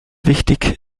wichtig